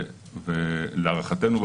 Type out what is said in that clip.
להערכתנו,